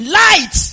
light